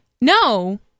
No